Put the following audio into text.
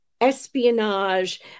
espionage